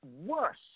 worse